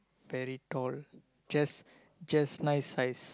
very tall just just nice size